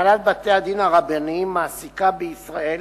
הנהלת בתי-הדין הרבניים מעסיקה בישראל